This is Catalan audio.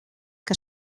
que